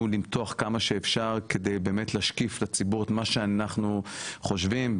למתוח כמה שאפשר כדי להשקיף לציבור את מה שאנחנו חושבים,